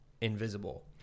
invisible